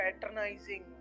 patronizing